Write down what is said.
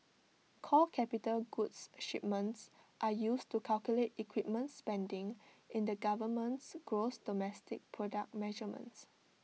core capital goods shipments are used to calculate equipment spending in the government's gross domestic product measurements